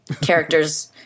characters